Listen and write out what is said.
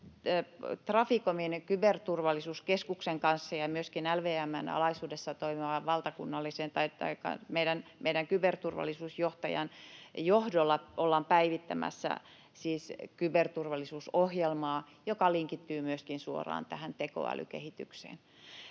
Traficomin Kyberturvallisuuskeskuksen kanssa ja myöskin LVM:n alaisuudessa toimivan valtakunnallisen kyberturvallisuusjohtajan johdolla ollaan päivittämässä kyberturvallisuusohjelmaa, joka linkittyy myöskin suoraan tähän tekoälykehitykseen.